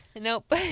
Nope